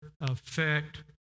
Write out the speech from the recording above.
effect